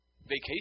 Vacation